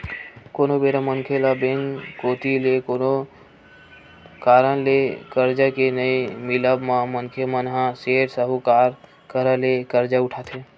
कोनो बेरा मनखे ल बेंक कोती ले कोनो कारन ले करजा के नइ मिलब म मनखे मन ह सेठ, साहूकार करा ले करजा उठाथे